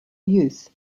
youth